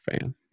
fan